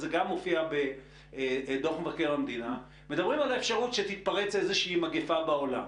זה גם מופיע בדוח מבקר המדינה על האפשרות שתתפרץ איזושהי מגפה בעולם,